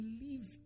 believe